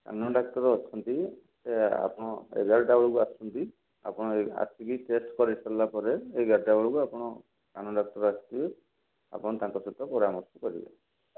କାନ ଡାକ୍ତର ଅଛନ୍ତି ସେ ଆପଣ ଏଗାରଟାବେଳକୁ ଆସୁଛନ୍ତି ଆପଣ ଆସିକି ଟେଷ୍ଟ କରିସାରିଲା ପରେ ଏଗାରଟାବେଳକୁ ଆପଣ କାନ ଡାକ୍ତର ଆସିଥିବେ ଆପଣ ତାଙ୍କ ସହିତ ପରାମର୍ଶ କରିବେ